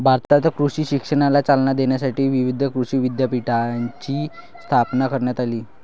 भारतात कृषी शिक्षणाला चालना देण्यासाठी विविध कृषी विद्यापीठांची स्थापना करण्यात आली